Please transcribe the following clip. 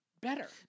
Better